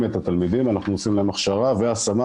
את התלמידים אנחנו עושים להם הכשרה והשמה,